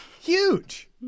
Huge